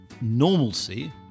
normalcy